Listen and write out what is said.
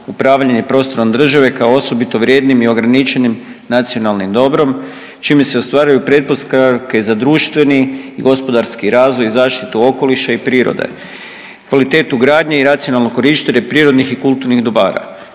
upravljanje prostorom države kao osobito vrijednim i ograničenim nacionalnim dobrom, čime se ostvaruju pretpostavke za društveni i gospodarski razvoj i zaštitu okoliša i prirode, kvalitetu gradnje i nacionalno korištenje kulturnih dobara.